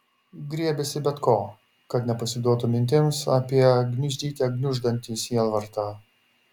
griebėsi bet ko kad nepasiduotų mintims apie gniuždyte gniuždantį sielvartą